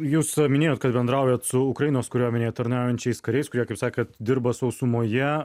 jūs minėjot kad bendraujat su ukrainos kariuomenėj tarnaujančiais kariais kurie kaip sakėt dirba sausumoje